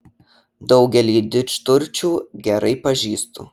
daugelį didžturčių gerai pažįstu